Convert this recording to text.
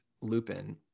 lupin